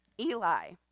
Eli